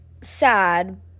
sad